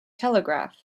telegraph